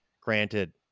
Granted